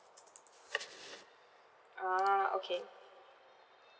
ah okay